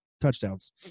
touchdowns